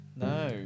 No